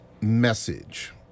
message